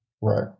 right